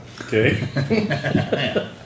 Okay